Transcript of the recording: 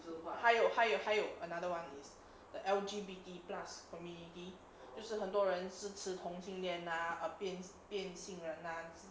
还有还有还有 another [one] is the L_G_B_T plus community 就是很多人支持同性恋 lah err 变变性人 lah